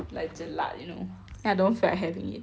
like jelak you know then I don't feel like having it